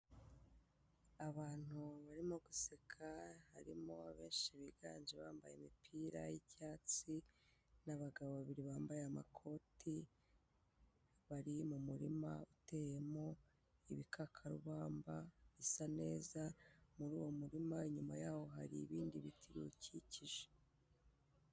Abantu barimo guseka harimo abenshi biganje bambaye imipira y'icyatsi n'abagabo babiri bambaye amakoti, bari mu murima uteyemo ibikakarubamba bisa neza, muri uwo murima inyuma yaho hari ibindi biti biwukikije.